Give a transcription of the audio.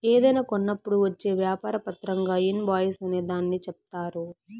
ఏదైనా కొన్నప్పుడు వచ్చే వ్యాపార పత్రంగా ఇన్ వాయిస్ అనే దాన్ని చెప్తారు